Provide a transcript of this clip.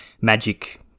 magic